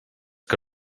que